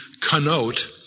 connote